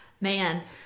Man